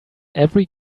every